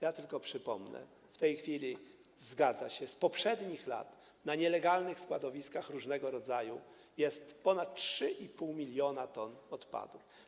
Ja tylko przypomnę, że w tej chwili, zgadza się, z poprzednich lat na nielegalnych składowiskach różnego rodzaju jest ponad 3,5 mln t odpadów.